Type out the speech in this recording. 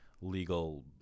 legal